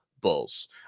Bulls